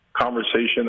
conversation